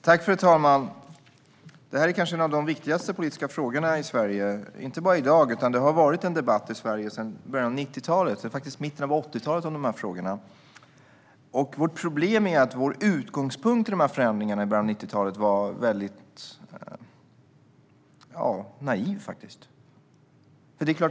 Fru ålderspresident! Detta är kanske en av de viktigaste politiska frågorna i Sverige, och inte bara i dag. Dessa frågor har debatterats i Sverige sedan början av 1990-talet, eller faktiskt mitten av 1980-talet. Vårt problem är att utgångspunkten för förändringarna i början av 1990-talet faktiskt var väldigt naiv.